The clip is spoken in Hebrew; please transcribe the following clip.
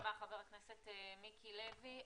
תודה רבה לחבר הכנסת מיקי לוי.